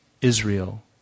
Israel